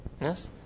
Yes